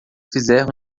fizer